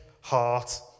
heart